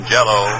Jello